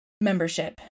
membership